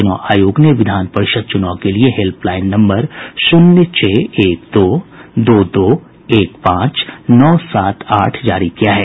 चुनाव आयोग ने विधान परिषद चुनाव के लिए हेल्पलाईन नम्बर शून्य छह एक दो दो दो एक पांच नौ सात आठ जारी किया है